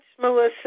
Melissa